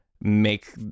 make